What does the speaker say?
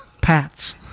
Pats